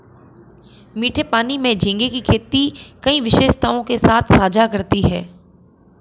मीठे पानी में झींगे की खेती कई विशेषताओं के साथ साझा करती है